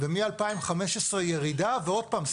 ומ-2015 ירידה ועוד פעם,